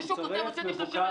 זה שהוא כותב: הוצאתי 30,000 שקל